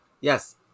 Yes